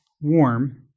warm